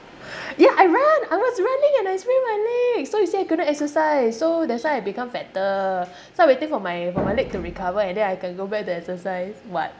ya I run I was running and I sprained my leg so you see I couldn't exercise so that's why I become fatter so I waiting for my for my leg to recover and then I can go back to exercise [what]